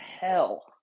hell